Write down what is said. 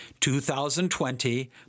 2020